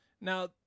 Now